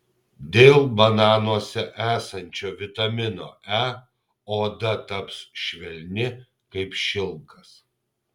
dėl bananuose esančio vitamino e oda taps švelni kaip šilkas